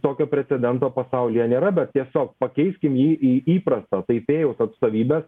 tokio precedento pasaulyje nėra bet tiesiog pakeiskim jį į įprastą taipėjaus atstovybės